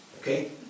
Okay